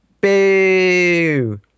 Boo